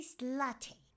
latte